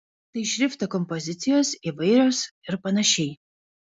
tai šrifto kompozicijos įvairios ir panašiai